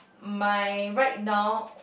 my right now